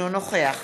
אינו נוכח